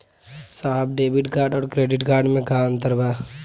साहब debit card और credit card में का अंतर बा?